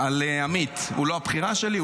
על עמית, הוא לא הבחירה שלי?